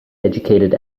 educated